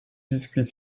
biscuits